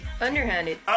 underhanded